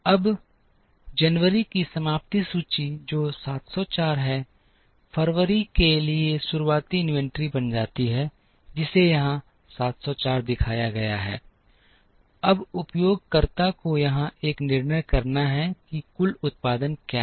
अब जनवरी की समाप्ति सूची जो 704 है फरवरी के लिए शुरुआती इन्वेंट्री बन जाती है जिसे यहां 704 दिखाया गया है अब उपयोगकर्ता को यहां एक निर्णय करना है कि कुल उत्पादन क्या है